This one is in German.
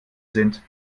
sind